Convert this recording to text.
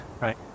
Right